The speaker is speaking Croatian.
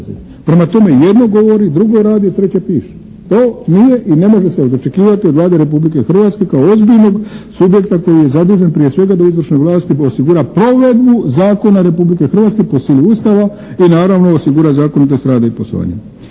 Prema tome, jedno govori, drugo radi, treće piše. To nije i ne može se očekivati od Vlade Republike Hrvatske kao ozbiljnog subjekta koji je zadužen prije svega da u izvršnoj vlasti osigura provedbu zakona Republike Hrvatske po sili Ustava i naravno osigura zakonitost rada i poslovanja.